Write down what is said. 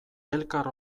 elkar